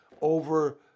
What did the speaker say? over